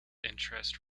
interest